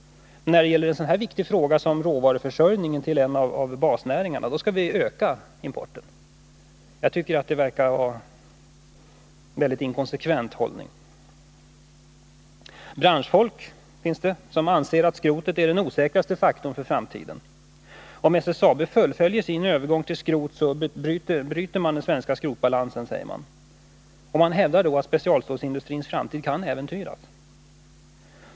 Men när det gäller en så viktig fråga som råvaruförsörjningen till en av basnäringarna skall vi öka importen. Jag tycker att det verkar vara en väldigt inkonsekvent hållning. Det finns branschfolk som anser att skrotet är den osäkraste faktorn för framtiden. Om SSAB fullföljer sin övergång till skrot förstör man den svenska skrotbalansen, sägs det. Man hävdar att specialstålsindustrins framtid kan äventyras.